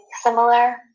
similar